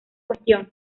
cuestión